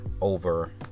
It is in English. over